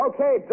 Okay